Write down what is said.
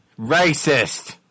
Racist